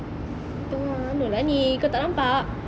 tengah anuh lah ni kau tak nampak